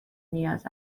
نیاز